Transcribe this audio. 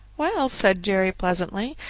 well, said jerry pleasantly,